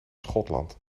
schotland